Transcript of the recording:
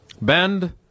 bend